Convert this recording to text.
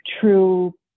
true